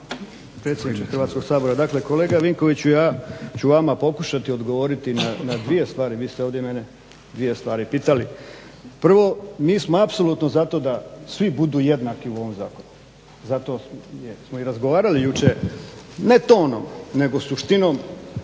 predsjedniče Hrvatskoga sabora. Dakle kolega Vinkoviću, ja ću vama pokušati odgovoriti na dvije stvari. Vi ste ovdje mene dvije stvari pitali. Prvo, mi smo apsolutno za to da svi budu jednaki u ovom zakonu, zato smo i razgovarali jučer ne tonom nego suštinom